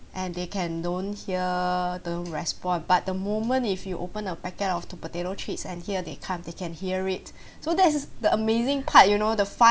and they can don't hear them response but the moment if you open a packet of two potato chips and here they come they can hear it so that's the amazing part you know the